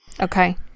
Okay